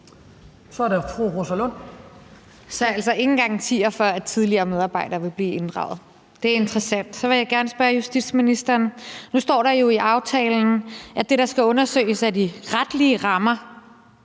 Så der er altså ingen garantier for, at tidligere medarbejdere vil blive inddraget. Det er interessant. Så vil jeg gerne spørge justitsministeren: Nu står der jo i aftalen, at det, der skal undersøges, er de retlige rammer.